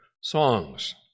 songs